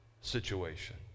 situation